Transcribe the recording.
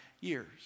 years